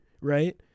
right